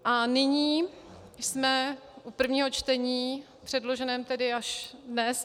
A nyní jsme u prvního čtení předloženého tedy až dnes.